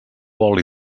oli